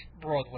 Broadway